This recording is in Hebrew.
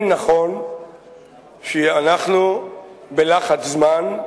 כן נכון שאנחנו בלחץ זמן,